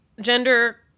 gender